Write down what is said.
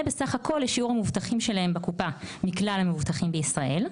בסה"כ לשיעור המבוטחים שלהם בקופה מכלל המבוטחים בישראל.